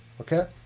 okay